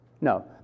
No